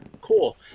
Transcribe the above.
Cool